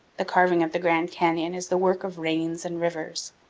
the carving of the grand canyon is the work of rains and rivers.